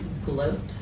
Gloat